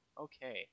okay